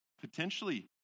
potentially